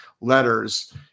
letters